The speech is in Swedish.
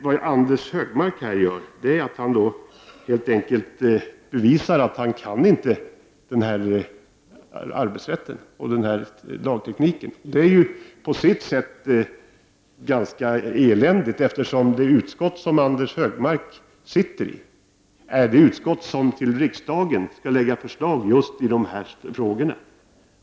Det Anders G Högmark här gör är att han helt enkelt bevisar att han inte förstår arbetsrätten och den här lagtekniken. Det är på sitt sätt ganska eländigt, eftersom det utskott som Anders G Högmark sitter i är det som till riksdagen skall lägga fram förslag i just de här frågorna.